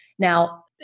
Now